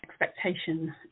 expectation